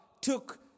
took